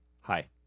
Hi